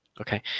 Okay